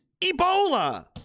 Ebola